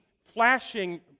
flashing